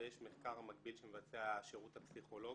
ויש מחקר מקביל שמבצע השירות הפסיכולוגי.